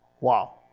Wow